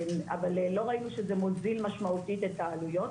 אבל לא ראינו שזה מוזיל משמעותית את העלויות.